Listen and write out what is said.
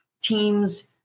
team's